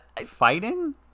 Fighting